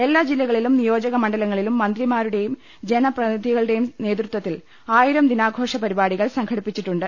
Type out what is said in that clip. എല്ലാ ജില്ലകളിലും നിയോജക മണ്ഡലങ്ങളിലും മന്ത്രിമാരുടെയും ജനപ്രതിനി ധികളുടെയും നേതൃത്വത്തിൽ ആയിരം ദിനാഘോഷ പരിപാ ടികൾ സംഘടിപ്പിച്ചിട്ടുണ്ട്